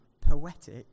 poetic